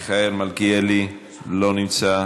מיכאל מלכיאלי, אינו נוכח,